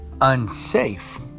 unsafe